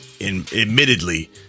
admittedly